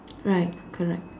right correct